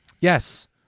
Yes